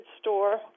store